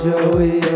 Joey